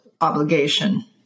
obligation